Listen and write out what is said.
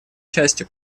частью